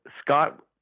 Scott